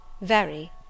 Very